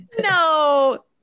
No